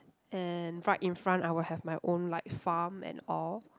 and right in front I will have my own like farm and all